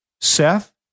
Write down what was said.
Seth